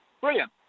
brilliant